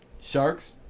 sharks